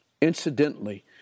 Incidentally